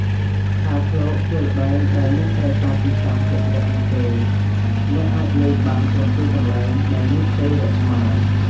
ខ្លាឃ្លោកជាល្បែងដែលមិនត្រូវការទីតាំងជាក់លាក់នោះទេអ្នកអាចលេងបានគ្រប់ទីកន្លែងដែលមានផ្ទៃរាបស្មើ។